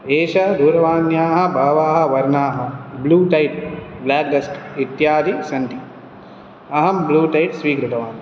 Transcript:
एष दूरवाण्याः बहवः वर्णाः ब्लू टैप् ब्लाक् डस्ट् इत्यादि सन्ति अहं ब्लू टैप् स्वीकृतवान्